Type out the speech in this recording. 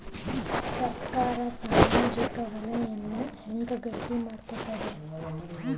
ಸರ್ಕಾರಾ ಸಾಮಾಜಿಕ ವಲಯನ್ನ ಹೆಂಗ್ ಗಟ್ಟಿ ಮಾಡ್ಕೋತದ?